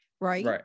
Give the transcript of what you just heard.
right